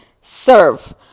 serve